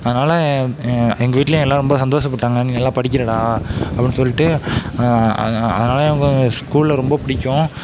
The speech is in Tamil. அதனால எங்கள் வீட்டில் எல்லோரும் ரொம்ப சந்தோஷப்பட்டாங்க நீ நல்லா படிக்கிறடா அப்படின்னு சொல்லிவிட்டு அதனால ஸ்கூலில் ரொம்ப பிடிக்கும்